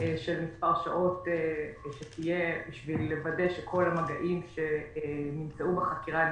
של מספר שעות בשביל לוודא שכל המגעים שנמצאו בחקירה,